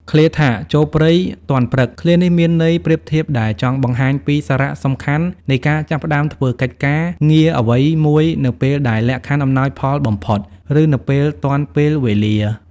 ឃ្លាថា ចូលព្រៃទាន់ព្រឹក ឃ្លានេះមានន័យប្រៀបធៀបដែលចង់បង្ហាញពី សារៈសំខាន់នៃការចាប់ផ្ដើមធ្វើកិច្ចការងារអ្វីមួយនៅពេលដែលលក្ខខណ្ឌអំណោយផលបំផុត ឬនៅពេលទាន់ពេលវេលា ។